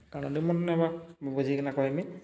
କାଣା ଯେ ମନେ ନାଇଁ ଆଏବା ମୁଇଁ ବୁଝିକିନା କହେମି